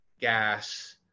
gas